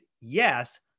Yes